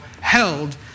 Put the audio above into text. held